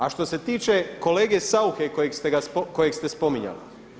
A što se tiče kolege Sauche kojeg ste spominjali.